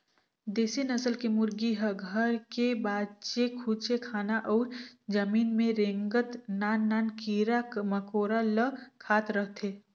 देसी नसल के मुरगी ह घर के बाचे खुचे खाना अउ जमीन में रेंगत नान नान कीरा मकोरा ल खात रहथे